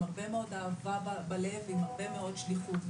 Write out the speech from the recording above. הרבה מאוד אהבה בלב ועם הרבה מאוד שליחות,